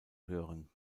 hören